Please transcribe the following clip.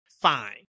fine